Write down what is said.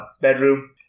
bedroom